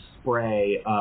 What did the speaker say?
spray